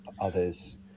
others